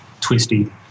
twisty